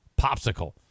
popsicle